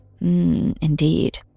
Indeed